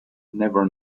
never